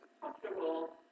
comfortable